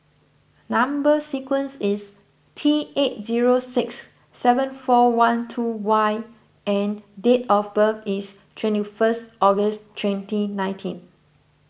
Number Sequence is T eight zero six seven four one two Y and date of birth is twenty first August twenty nineteen